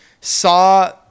saw